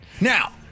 Now